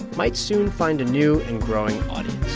might soon find a new and growing audience